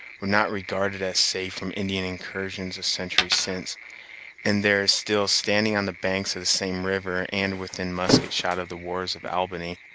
were not regarded as safe from indian incursions a century since and there is still standing on the banks of the same river, and within musket-shot of the wharves of albany,